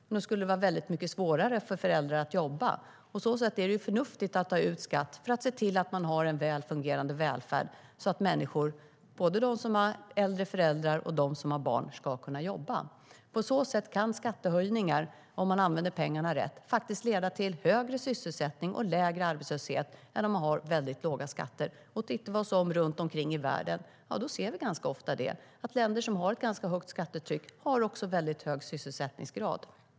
Men då skulle det vara mycket svårare för föräldrar att jobba. På så sätt är det förnuftigt att ta ut skatt för att se till att man har en väl fungerande välfärd, så att människor, både de som har äldre föräldrar och de som har barn, ska kunna jobba. På så sätt kan skattehöjningar, om man använder pengarna rätt, faktiskt leda till högre sysselsättning och lägre arbetslöshet än om man har väldigt låga skatter. Och tittar vi oss runt omkring i världen ser vi ganska ofta att länder som har ett ganska högt skattetryck också har en väldigt hög sysselsättningsgrad.